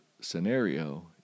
scenario